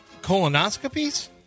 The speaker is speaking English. Colonoscopies